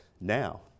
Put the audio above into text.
now